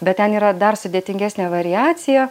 bet ten yra dar sudėtingesnė variacija